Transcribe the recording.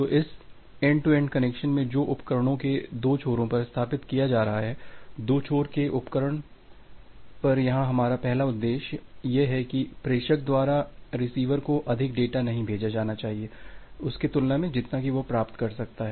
तो इस end to end connection में जो उपकरणों के दो छोरों पर स्थापित किया जा रहा है दो छोर के उपकरणों पर यहां हमारा पहला उद्देश्य यह है कि प्रेषक द्वारा रिसीवर को अधिक डेटा नहीं भेजा जाना चाहिए उसके तुलना में जितना की वो प्राप्त कर सकता है